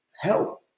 help